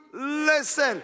listen